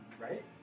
right